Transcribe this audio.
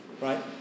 right